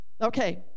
Okay